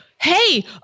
Hey